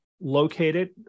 located